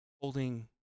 holding